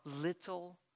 little